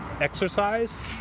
exercise